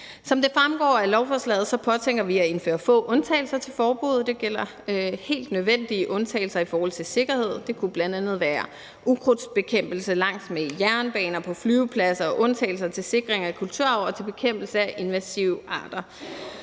Som det fremgår af lovforslaget, påtænker vi at indføre få undtagelser til forbuddet. Det gælder helt nødvendige undtagelser i forhold til sikkerhed. Det kunne bl.a. være ukrudtsbekæmpelse langs med jernbaner og på flyvepladser og undtagelser til sikring af kulturarv og til bekæmpelse af invasive arter.